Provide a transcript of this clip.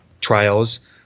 trials